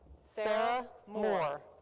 sarah moore.